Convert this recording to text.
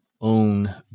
own